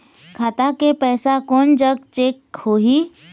खाता के पैसा कोन जग चेक होही?